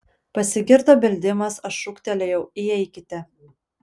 pasigirdo beldimas aš šūktelėjau įeikite